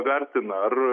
vertina ar